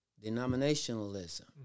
denominationalism